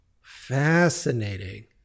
fascinating